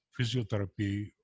physiotherapy